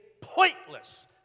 pointless